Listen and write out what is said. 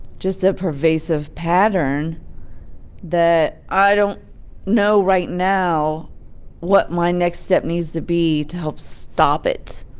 just a pervasive pattern that i don't know right now what my next step needs to be to help stop it.